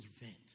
event